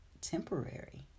temporary